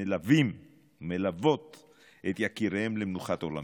מלוות את יקיריהן למנוחת עולמים,